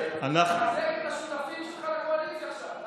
אלה השותפים שלך לקואליציה עכשיו,